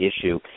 issue